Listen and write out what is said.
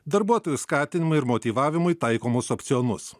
darbuotojų skatinimui ir motyvavimui taikomus opcionus